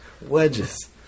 Wedges